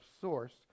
source